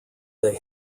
they